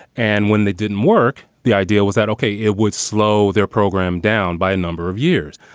and when they didn't work, the idea was that, ok, it would slow their program down by a number of years.